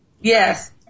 Yes